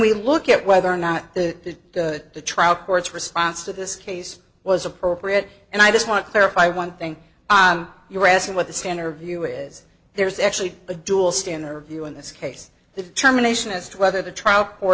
we look at whether or not the trial courts response to this case was appropriate and i just want to clarify one thing you're asking what the standard view is there's actually a dual stand there view in this case the determination as to whether the trial